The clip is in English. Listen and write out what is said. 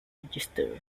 register